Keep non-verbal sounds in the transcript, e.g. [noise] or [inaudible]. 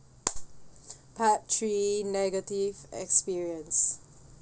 [breath] part three negative experience